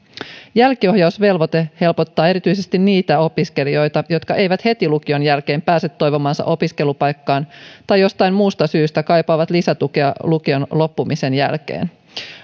jälkiohjausvelvoite helpottaa erityisesti niitä opiskelijoita jotka eivät heti lukion jälkeen pääse toivomaansa opiskelupaikkaan tai jostain muusta syystä kaipaavat lisätukea lukion loppumisen jälkeen